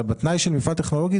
הרי בתנאי של מפעל טכנולוגי,